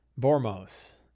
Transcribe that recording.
Bormos